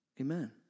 Amen